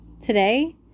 today